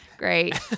great